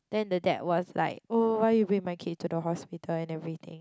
then the dad was like oh why you bring my kid to the hospital and everything